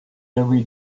every